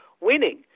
winning